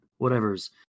whatevers